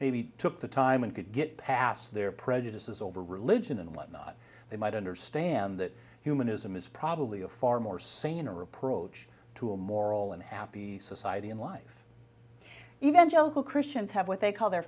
maybe took the time and could get past their prejudices over religion and whatnot they might understand that humanism is probably a far more saner approach to a moral and happy society in life evangelical christians have what they call the